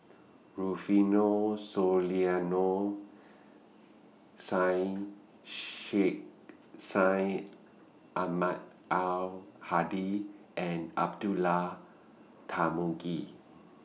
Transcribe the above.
Rufino Soliano Syed Sheikh Syed Ahmad Al Hadi and Abdullah Tarmugi